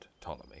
Ptolemy